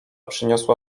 przyniosła